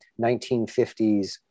1950s